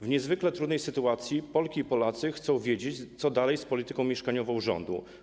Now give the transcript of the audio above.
W niezwykle trudnej sytuacji Polki i Polacy chcą wiedzieć, co dalej z polityką mieszkaniową rządu.